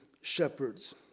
shepherds